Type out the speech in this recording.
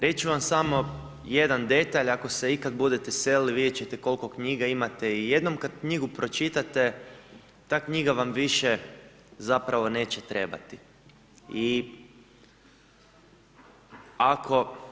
Reći ću vam samo jedan detalj, ako se ikad budete selili, vidjet ćete koliko knjiga imate i jednom kad knjigu pročitate, ta knjiga vam više zapravo neće trebati i ako…